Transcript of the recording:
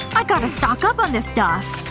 i gotta stock up on this stuff.